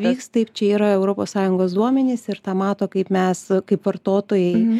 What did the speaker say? vyks taip čia yra europos sąjungos duomenys ir tą mato kaip mes kaip vartotojai